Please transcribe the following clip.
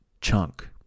chunk